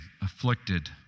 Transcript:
afflicted